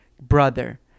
brother